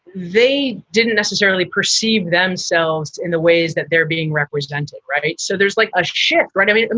they didn't necessarily perceive themselves in the ways that they're being represented. right. so there's like a shift, right? i mean, and